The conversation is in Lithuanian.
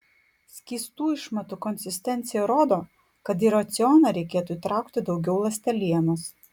skystų išmatų konsistencija rodo kad į racioną reikėtų įtraukti daugiau ląstelienos